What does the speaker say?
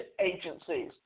agencies